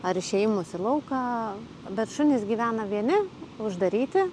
ar išėjimus į lauką bet šunys gyvena vieni uždaryti